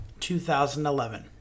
2011